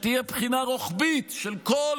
תהיה בחינה רוחבית של כל